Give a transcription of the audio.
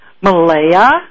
Malaya